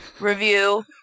review